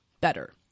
better